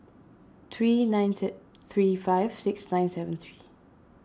three nine six three five six nine seven three